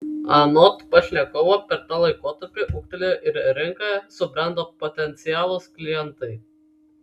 anot pašnekovo per tą laikotarpį ūgtelėjo ir rinka subrendo potencialūs klientai